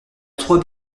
trop